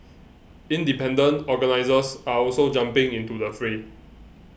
independent organisers are also jumping into the fray